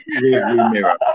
mirror